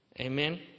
Amen